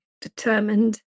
determined